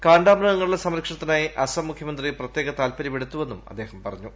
കാണ്ടാമൃഗങ്ങളുടെ സംരക്ഷണത്തിനായി അസം മുഖ്യമന്ത്രി പ്രത്യേക താത്പര്യമെടുത്തുവെന്നും അദ്ദേഹം പറഞ്ഞു